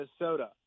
Minnesota